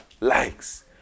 likes